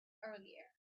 earlier